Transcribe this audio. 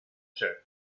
church